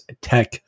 Tech